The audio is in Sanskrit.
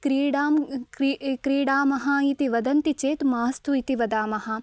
क्रीडां क्रिडा क्रीडामः इति वदन्ति चेत् मास्तु इति वदामः